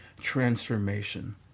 transformation